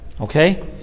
okay